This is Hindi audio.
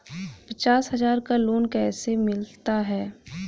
पचास हज़ार का लोन कैसे मिलता है?